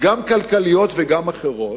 גם כלכליות וגם אחרות,